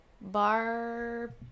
bar